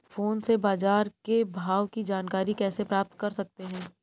Phone से बाजार के भाव की जानकारी कैसे प्राप्त कर सकते हैं?